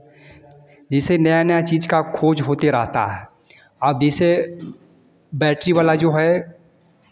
जैसे नया नया चीज़ का खोज होते रहता है और जैसे बैटरी वाला जो है